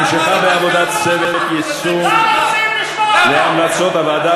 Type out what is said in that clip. המשכה בעבודת צוות יישום המלצות הוועדות